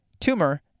tumor